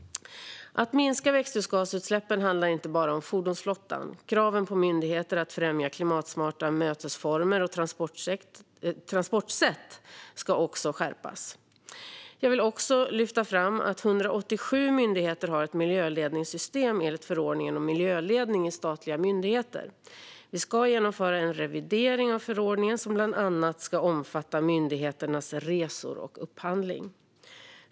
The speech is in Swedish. Att minska växthusgasutsläppen handlar inte bara om fordonsflottan. Kraven på myndigheter att främja klimatsmarta mötesformer och transportsätt ska också skärpas. Jag vill också lyfta fram att 187 myndigheter har ett miljöledningssystem enligt förordningen om miljöledning i statliga myndigheter. Vi ska genomföra en revidering av förordningen som bland annat ska omfatta myndigheternas resor och upphandling.